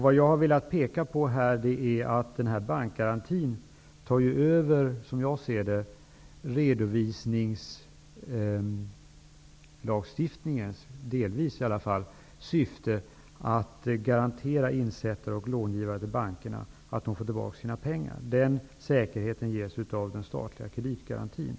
Jag har här velat peka på att bankgarantin, åtminstone delvis som jag ser det, tar över redovisningslagstiftningens syfte att garantera att bankernas insättare och långivare får tillbaka sina pengar. Den säkerheten ges av den statliga bankgarantin.